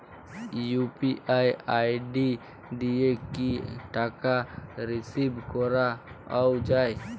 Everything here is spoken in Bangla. ইউ.পি.আই দিয়ে কি টাকা রিসিভ করাও য়ায়?